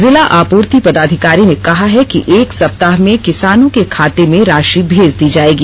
जिला आपूर्ति पदाधिकारी ने कहा है कि एक सप्ताह में किसानों के खाते में राशि भेज दी जायेगी